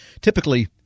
typically